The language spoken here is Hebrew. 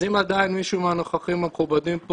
אז אם עדיין מישהו מהנוכחים המכובדים פה